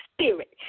spirit